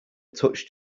touched